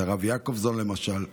את הרב יעקובסון למשל,